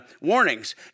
warnings